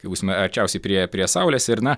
kai būsime arčiausiai priėję prie saulės ir na